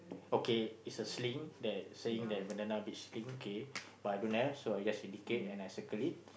okay it's a sling there saying that bandanna beach sling okay but I don't have so I just indicate and I circle it